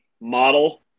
model